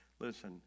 Listen